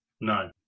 No